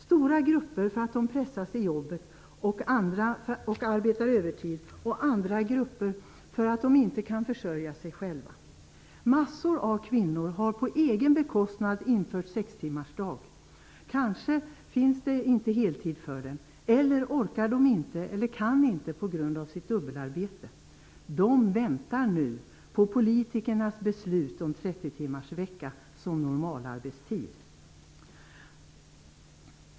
Stora grupper mår dåligt för att de pressar sig i jobbet och arbetar övertid och andra grupper mår dåligt för att de inte kan försörja sig själva. Massor av kvinnor har på egen bekostnad infört 6 timmarsdag. Kanske finns det inte heltidsarbete för dem eller så orkar eller kan de inte arbeta heltid på grund av sitt dubbelarbete. De väntar nu på politikernas beslut om 30-timmarsvecka som normalarbetstid.